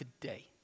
today